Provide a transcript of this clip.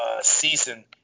season